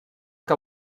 que